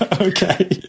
Okay